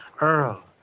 Earl